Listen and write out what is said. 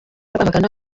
rwamagana